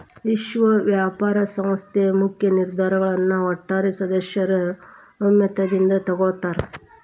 ವಿಶ್ವ ವ್ಯಾಪಾರ ಸಂಸ್ಥೆ ಮುಖ್ಯ ನಿರ್ಧಾರಗಳನ್ನ ಒಟ್ಟಾರೆ ಸದಸ್ಯರ ಒಮ್ಮತದಿಂದ ತೊಗೊಳ್ತಾರಾ